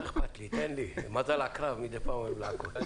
אני מזל עקרב, מדי פעם אוהב לעקוץ.